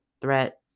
threat